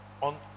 on